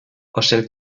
ocell